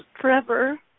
forever